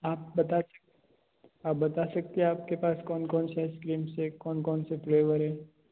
आप बता आप बता सकते है आप के पास कौन कौन सी आइसक्रीम्स है कौन कौन से फ्लेवर है